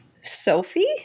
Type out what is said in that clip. Sophie